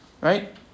right